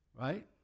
right